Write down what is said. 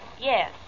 Yes